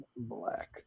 black